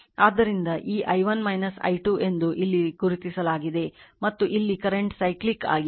ಆದ್ದರಿಂದ ಈ i1 i 2 ಎಂದು ಇಲ್ಲಿ ಗುರುತಿಸಲಾಗಿದೆ ಮತ್ತು ಇಲ್ಲಿ ಕರೆಂಟ್ cyclic ಆಗಿದೆ